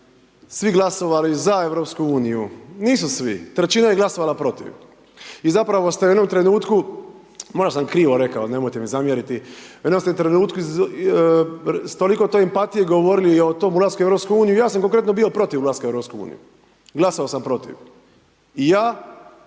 svi glasovali ZA Europsku uniju, nisu svi, trećina je glasovala protiv, i zapravo ste u jednom trenutku, malo sam krivo rekao, nemojte mi zamjeriti, u jednom ste trenutku s toliko to empatije govorili, i o tom ulasku u Europsku uniju, ja sam konkretno bio protiv ulaska u Europsku uniju,